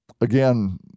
again